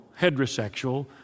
heterosexual